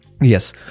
Yes